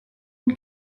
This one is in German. und